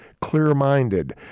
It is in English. clear-minded